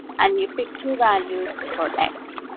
and you pick two values for x,